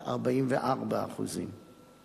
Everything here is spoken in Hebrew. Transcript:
משפט" 44%;